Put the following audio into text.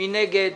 מי נגד?